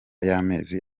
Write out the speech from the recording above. y’amezi